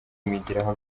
mwigiraho